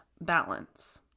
balance